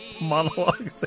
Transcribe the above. monologue